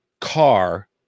car